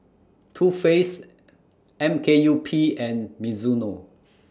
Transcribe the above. Too Faced M K U P and Mizuno